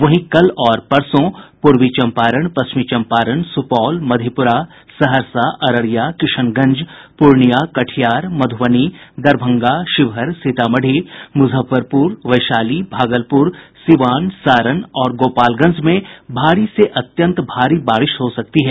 वहीं कल और परसों पूर्वी चम्पारण पश्चिमी चम्पारण सुपौल मधेपुरा सहरसा अररिया किशनगंज पूर्णियां कटिहार मध्रबनी दरभंगा शिवहर सीतामढ़ी मुजफ्फरपुर वैशाली भागलपुर सीवान सारण और गोपालगंज में भारी से अत्यंत भारी बारिश हो सकती है